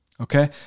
okay